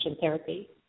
therapy